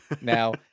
now